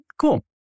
cool